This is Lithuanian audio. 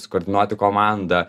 sukoordinuoti komandą